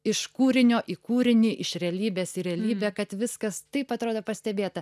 iš kūrinio į kūrinį iš realybės į realybę kad viskas taip atrodo pastebėta